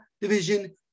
Division